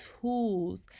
tools